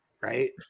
right